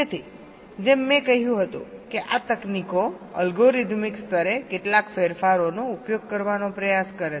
તેથી જેમ મેં કહ્યું હતું કે આ તકનીકો અલ્ગોરિધમિક સ્તરે કેટલાક ફેરફારોનો ઉપયોગ કરવાનો પ્રયાસ કરે છે